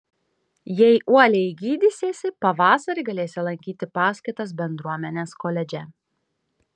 jei uoliai gydysiesi pavasarį galėsi lankyti paskaitas bendruomenės koledže